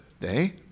day